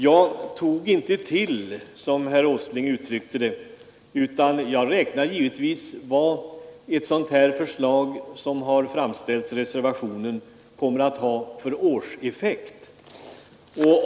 Jag tog inte till, som herr Åsling uttryckte det, utan jag räknar givetvis på vad förslaget i reservationen kommer att ha för årseffekt.